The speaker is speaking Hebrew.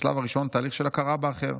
בשלב הראשון, תהליך של הכרה באחר: